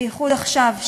בייחוד עכשיו,